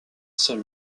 seul